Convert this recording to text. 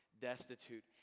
destitute